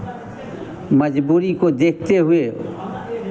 मज़बूरी को देखते हुए